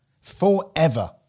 forever